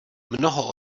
mnoho